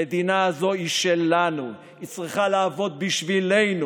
המדינה הזאת היא שלנו, היא צריכה לעבוד בשבילנו.